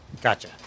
Gotcha